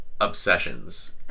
obsessions